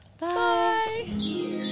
Bye